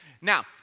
Now